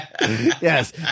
Yes